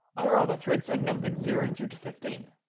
our other threads are numbered zero through to fifteen.